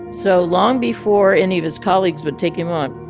so long before any of his colleagues would take him on,